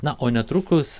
na o netrukus